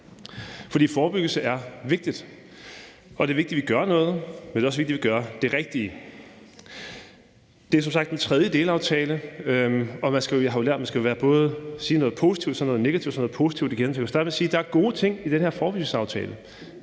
For forebyggelse er vigtigt, og det er vigtigt, at vi gør noget, men det er også vigtigt, at vi gør det rigtige. Det er som sagt den tredje delaftale, og jeg har jo lært, at man skal sige noget positivt, så noget negativt og så noget positivt igen. Så jeg vil starte med at sige, at der er gode ting i den her forebyggelsesaftale.